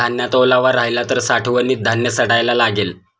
धान्यात ओलावा राहिला तर साठवणीत धान्य सडायला लागेल